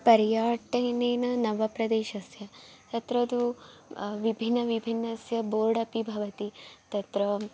पर्यटेनेन नवप्रदेशस्य तत्र तु विभिन्नविभिन्नस्य बोर्ड् अपि भवति तत्र